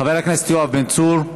חבר הכנסת יואב בן בן צור.